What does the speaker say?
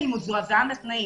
אני מזועזע מהתנאים.